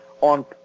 on